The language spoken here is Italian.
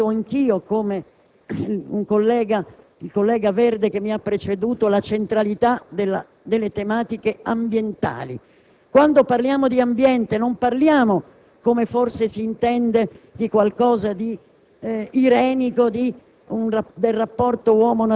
sostanza democratica. Infine, sottolineo anch'io, come il collega dei Verdi che mi ha preceduto, la centralità delle tematiche ambientali. Quando parliamo di ambiente non parliamo, come forse si intende, di qualcosa di